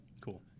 cool